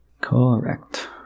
Correct